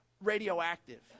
radioactive